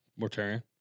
Mortarian